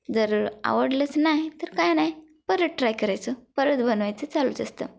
जर आवडलंच नाही तर काही नाही परत ट्राय करायचं परत बनवायचं चालूच असतं